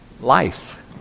Life